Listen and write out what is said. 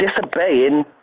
disobeying